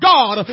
God